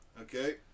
Okay